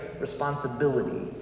responsibility